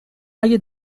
اگه